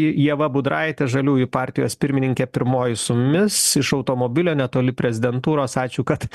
ieva budraitė žaliųjų partijos pirmininkė pirmoji su mumis iš automobilio netoli prezidentūros ačiū kad